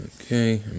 Okay